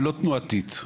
ולא תנועתית,